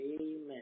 Amen